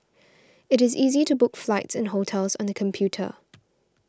it is easy to book flights and hotels on the computer